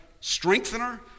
strengthener